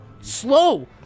slow